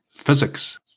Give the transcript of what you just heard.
Physics